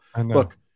look